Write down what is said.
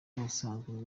n’ubusanzwe